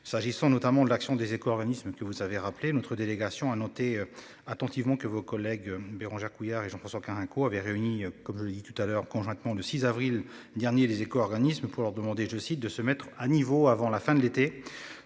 s'agissant notamment de l'action des éco- éco-organismes que vous avez rappelé notre délégation a noté attentivement que vos collègues Bérangère Couillard et en pensant qu'un coup avait réuni comme je l'ai dit tout à l'heure conjointement le 6 avril dernier, les éco-organismes pour leur demander, je cite, de se mettre à niveau avant la fin de l'été.